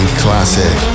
classic